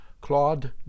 Claude